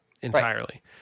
entirely